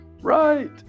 Right